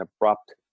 abrupt